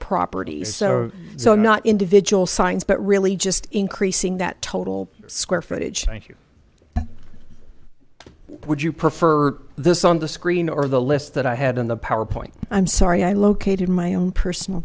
property so so not individual signs but really just increasing that total square footage thank you would you prefer this on the screen or the list that i had in the powerpoint i'm sorry i located my own personal